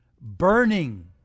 Burning